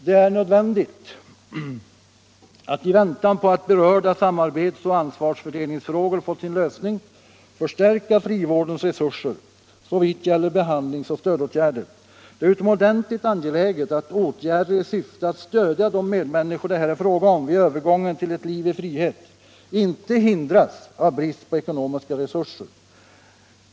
Det är nödvändigt att i väntan på att berörda samarbetsoch ansvarsfördelningsfrågor fått sin lösning förstärka frivårdens resurser såvitt gäller behandlingsoch stödåtgärder. Det är utomordentligt angeläget att åtgärder i syfte att stödja de medmänniskor det här är fråga om vid övergången till ett liv i frihet inte hindras av brist på ekonomiska resurser.